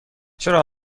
چرا